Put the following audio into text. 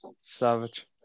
Savage